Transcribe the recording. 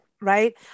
right